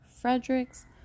Fredericks